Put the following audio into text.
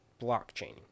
blockchain